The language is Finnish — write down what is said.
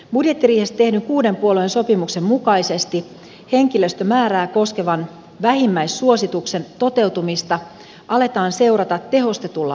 budjettiriihessä tehdyn kuuden puolueen sopimuksen mukaisesti henkilöstömäärää koskevan vähimmäissuosituksen toteutumista aletaan seurata tehostetulla valvonnalla